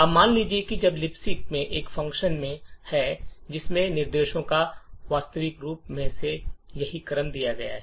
अब मान लीजिए कि लिबक में एक फ़ंक्शन है जिसमें निर्देशों का वास्तव में यही क्रम है